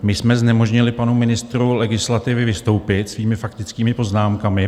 My jsme znemožnili panu ministru legislativy vystoupit svými faktickými poznámkami.